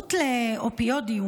ההתמכרות לאופיואידים,